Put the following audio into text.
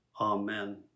Amen